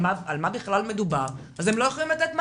על מה בכלל מדובר אז הם לא יכולים לתת מענה.